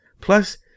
Plus